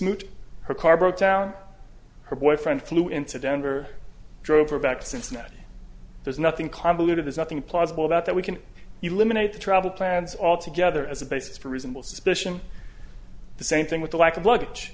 smoot her car broke down her boyfriend flew into denver drove her back to cincinnati there's nothing convoluted there's nothing plausible about that we can eliminate the trouble plans altogether as a basis for reasonable suspicion the same thing with the lack of luggage